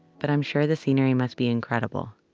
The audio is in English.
but i'm sure the scenery must be incredible.